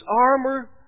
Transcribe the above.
armor